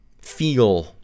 feel